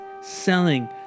selling